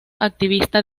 activista